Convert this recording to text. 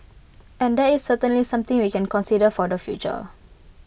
and that is certainly something we can consider for the future